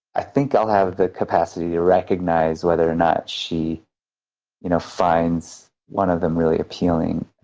i think i'll have the capacity to recognize whether or not she you know finds one of them really appealing.